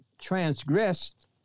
transgressed